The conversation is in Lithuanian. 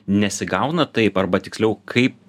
nesigauna taip arba tiksliau kaip